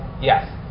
Yes